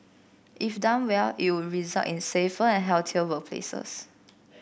if done well it would result in safer and healthier workplaces